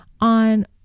on